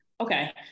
Okay